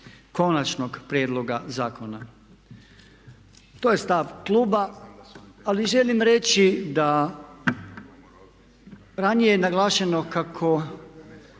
konačnog prijedloga zakona. To je stav kluba, ali želim reći da ranije je naglašeno kako